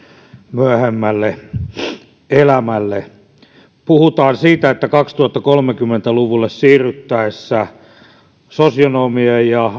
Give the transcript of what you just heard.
myöhemmälle elämälle puhutaan siitä että kaksituhattakolmekymmentä luvulle siirryttäessä sosionomien ja